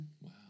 wow